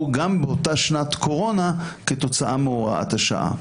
גם באותה שנת קורונה כתוצאה מהוראת השעה.